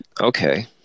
okay